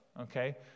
okay